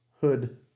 hood